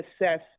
assess